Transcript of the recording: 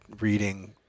reading